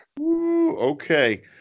Okay